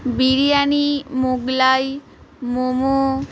biryani Mughlai momo